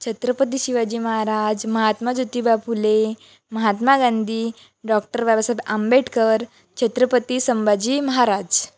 Chhatrapati Shivaji Maharaj Mahatma Jyotiba Phule Mahatma Gandhi doctor Babasaheb Ambedkar Chhatrapati Sambhaji Maharaj